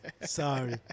Sorry